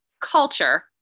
culture